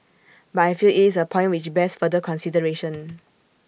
but I feel IT is A point which bears further consideration